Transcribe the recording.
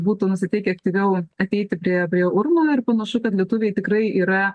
būtų nusiteikę aktyviau ateiti prie prie urnų ir panašu kad lietuviai tikrai yra